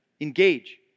Engage